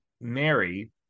Mary